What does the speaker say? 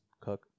cook